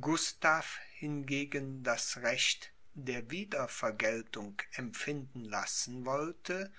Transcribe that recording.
gustav hingegen das recht der wiedervergeltung empfinden lassen wollte